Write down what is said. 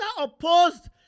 opposed